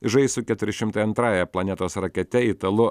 žais su keturi šimtai antrąja planetos rakete italu